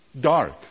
Dark